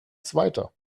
zweiter